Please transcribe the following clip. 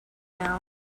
now